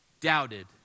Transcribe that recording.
doubted